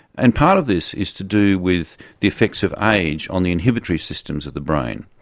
and part of this is to do with the effects of age on the inhibitory systems of the brain.